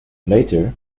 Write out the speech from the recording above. later